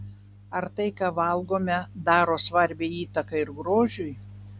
ar tai ką valgome daro svarbią įtaką ir grožiui